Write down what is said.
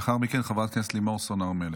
לאחר מכן חברת הכנסת לימור סון הר מלך.